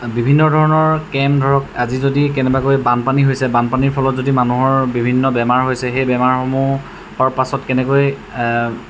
বিভিন্ন ধৰণৰ কেম্প ধৰক আজি যদি কেনেবাকৈ বানপানী হৈছে বানপানীৰ ফলত যদি মানুহৰ বিভিন্ন বেমাৰ হৈছে সেই বেমাৰসমূহ হোৱাৰ পাছত কেনেকৈ